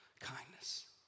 kindness